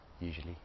usually